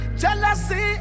jealousy